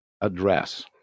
address